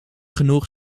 genoeg